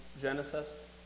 Genesis